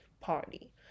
party